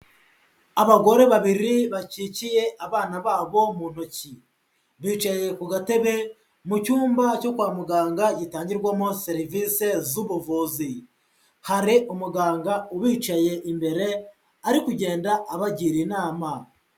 Abagore babiri bakikiye abana babo mu ntoki, bicaye ku gatebe mu cyumba cyo kwa muganga gitangirwamo serivisi z'ubuvuzi, hari umuganga ubicaye imbere ari kugenda abagira inama.